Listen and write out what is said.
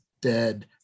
dead